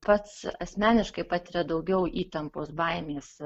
pats asmeniškai patiria daugiau įtampos baimės